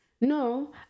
No